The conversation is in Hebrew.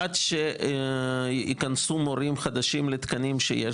עד שייכנסו מורים חדשים לתקנים שיש,